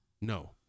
No